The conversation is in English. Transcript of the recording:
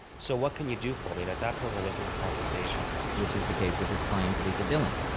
so what can you do for me? and at that point we're looking at compensation which is the case with his client lisa dhillon.